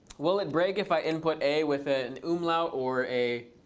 will it break if i input a with an umlaut or a